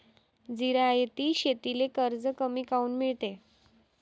जिरायती शेतीले कर्ज कमी काऊन मिळते?